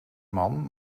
man